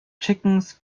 chickens